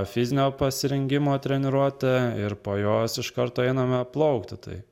fizinio pasirengimo treniruotę ir po jos iš karto einame plaukti tai